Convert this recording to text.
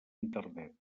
internet